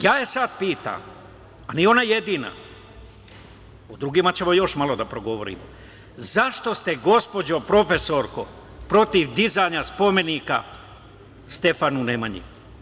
Sada je ja pitam, a nije ona jedina, o drugima ćemo još malo da progovorimo, zašto ste gospođo profesorko protiv dizanja spomenika Stefanu Nemanji?